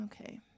okay